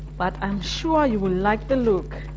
but i'm sure you will like the look.